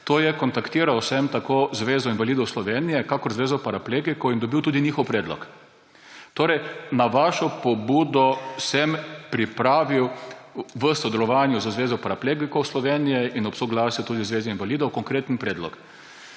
smer. Kontaktiral sem tako zvezo invalidov Slovenije kakor zvezo paraplegikov in dobil tudi njihov predlog. Na vašo pobudo sem torej pripravil v sodelovanju z Zvezo paraplegikov Slovenije in tudi ob soglasju zveze invalidov konkreten predlog.